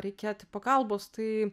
reikėti pagalbos tai